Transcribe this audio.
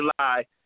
July